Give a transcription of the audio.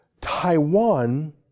Taiwan